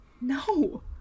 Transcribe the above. No